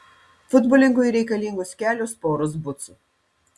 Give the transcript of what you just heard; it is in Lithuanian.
futbolininkui reikalingos kelios poros bucų